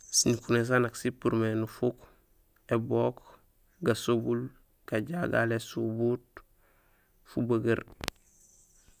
Sinukuréén saan nak sipurmé nufuk: ébook, gasobul, gajagal, ésubuut, fubegeer.